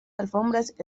alfombras